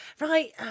right